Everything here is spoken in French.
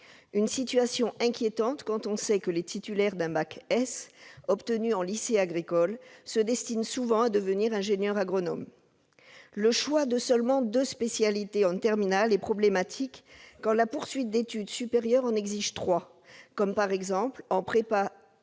Cette situation est inquiétante quand on sait que les titulaires d'un baccalauréat scientifique obtenu en lycée agricole se destinent souvent à devenir ingénieurs agronomes. Le choix de seulement deux spécialités en terminale est problématique quand la poursuite d'études supérieures en requiert trois, comme en classe préparatoire